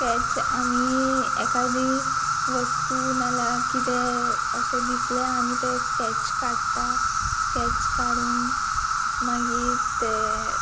sketch आमी एकादी वस्तू नाल्या किदें अशें दिसलें आमी तें स्कॅच काडटा स्कॅच काडून मागीर तें